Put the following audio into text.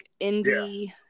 indie